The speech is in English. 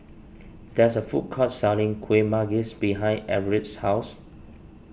there is a food court selling Kueh Manggis behind Everette's house